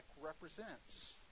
represents